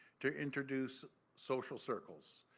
to introduce social circles.